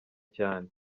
cyane